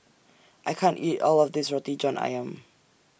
I can't eat All of This Roti John Ayam